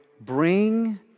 bring